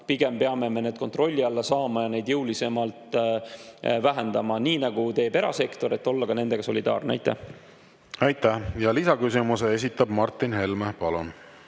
pigem peame need kontrolli alla saama ja neid jõulisemalt vähendama, nii nagu teeb erasektor. Tuleb olla nendega solidaarne. Aitäh! Lisaküsimuse esitab Martin Helme. Palun!